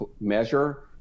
measure